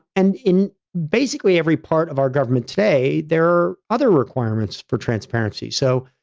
and in basically every part of our government today, there are other requirements for transparency. so,